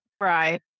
right